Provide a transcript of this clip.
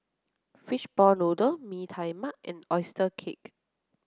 fishball noodle Mee Tai Mak and oyster cake